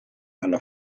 alla